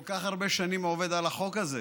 כל כך הרבה שנים עובד על החוק הזה